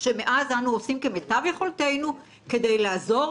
שמאז אנו עושים כמיטב יכולתנו כדי לעזור